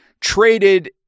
traded